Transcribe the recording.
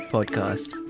Podcast